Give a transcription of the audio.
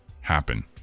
Happen